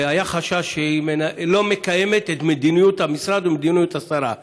והיה חשש שהיא לא מקיימת את מדיניות המשרד ומדיניות השרה.